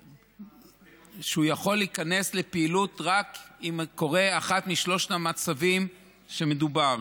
הוא יכול להיכנס לפעילות רק אם קורה אחד משלושת המצבים שבהם מדובר: